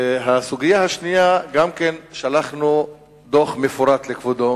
הסוגיה השנייה שלחנו דוח מפורט לכבודו